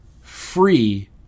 free